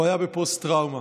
הוא היה בפוסט טראומה.